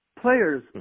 Players